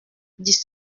dix